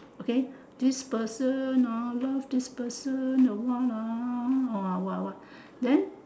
okay this person ah love this person awhile lah what what then